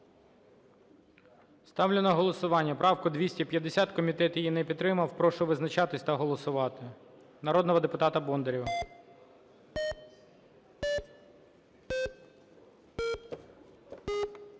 Ставлю на голосування правку 250. Комітет її не підтримав. Прошу визначатись та голосувати. Народного депутата Бондарєва.